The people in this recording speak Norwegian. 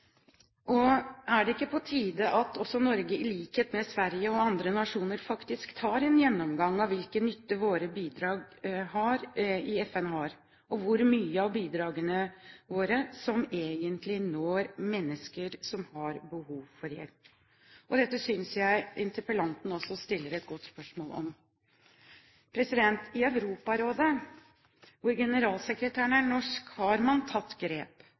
Er det ikke på tide at også Norge, i likhet med Sverige og andre nasjoner, tar en gjennomgang av hvilken nytte våre bidrag til FN har, og hvor mye av bidragene våre som egentlig når mennesker som har behov for hjelp? Dette synes jeg interpellanten også stiller et godt spørsmål om. I Europarådet, hvor generalsekretæren er norsk, har man tatt grep.